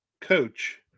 coach